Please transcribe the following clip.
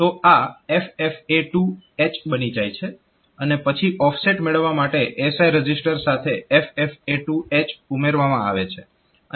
તો આ FFA2H બની જાય છે અને પછી ઓફસેટ મેળવવા માટે SI રજીસ્ટર સાથે FFA2H ઉમેરવામાં આવે છે અને પછી આ મેમરી એડ્રેસની ગણતરી કરવામાં આવે છે